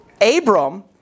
Abram